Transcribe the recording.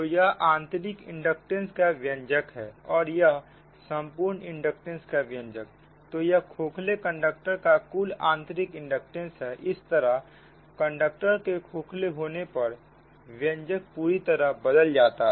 तो यह आंतरिक इंडक्टेंस का व्यंजक है और यह संपूर्ण इंडक्टेंस का व्यंजक तो यह खोखले कंडक्टर का कुल आंतरिक इंडक्टेंस है इस तरह कंडक्टर के खोखले होने पर व्यंजक पूरी तरह बदल जाता है